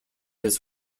his